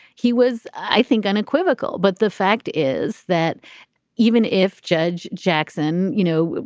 he was, i think, unequivocal but the fact is that even if judge jackson, you know,